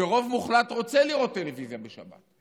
שבה רוב מוחלט רוצה לראות טלוויזיה בשבת,